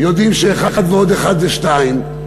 יודעים שאחד ועוד אחד זה שניים.